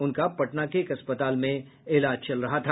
उनका पटना के एक अस्पताल में इलाज चल रहा था